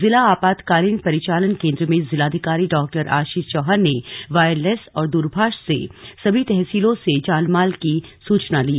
जिला आपातकालीन परिचालन केंद्र में जिलाधिकारी डॉ आशीष चौहान ने वायरलेस और दूरभाष से सभी तहसीलों से जानमाल की सूचना ली